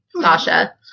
Sasha